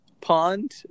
pond